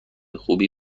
خوبی